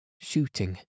Shooting